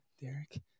Derek